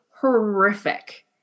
horrific